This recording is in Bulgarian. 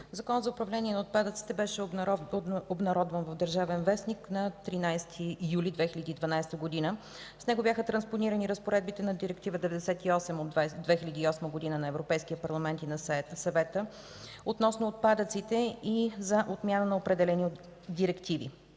Законът за управление на отпадъците беше обнародван в „Държавен вестник” на 13 юли 2012 г. С него бяха транспонирани разпоредбите на Директива 98/2008 на Европейския парламент и на Съвета относно отпадъците и за отмяна на определени директиви.